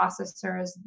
processors